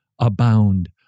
abound